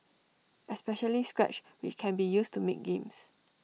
especially scratch which can be used to make games